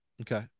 Okay